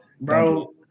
bro